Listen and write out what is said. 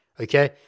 Okay